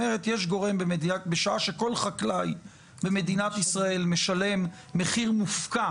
בשעה שכל חקלאי במדינת ישראל משלם מחיר מופקע